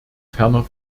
ferner